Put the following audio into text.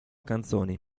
canzoni